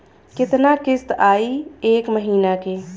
कितना किस्त आई एक महीना के?